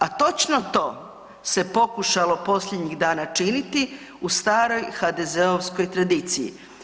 A točno to se pokušalo posljednjih dana činiti u staroj HDZ-ovskoj tradiciji.